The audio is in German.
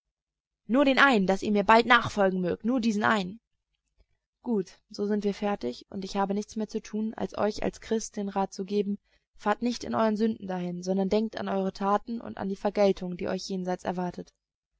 nur den einen daß ihr mir bald nachfolgen mögt nur diesen einen gut so sind wir fertig und ich habe nichts mehr zu tun als euch als christ den rat zu geben fahrt nicht in euern sünden dahin sondern denkt an eure taten und an die vergeltung die euch jenseits erwartet